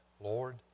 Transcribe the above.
Lord